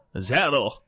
zero